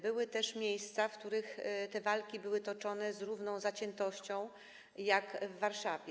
Były też miejsca, w których te walki były toczone z równą zaciętością jak w Warszawie.